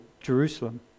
Jerusalem